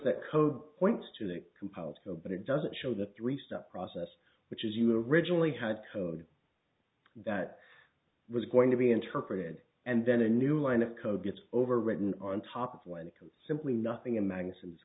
that code points to the compiled code but it doesn't show the three step process which is you originally had code that was going to be interpreted and then a new line of code gets overwritten on top when it comes simply nothing in mag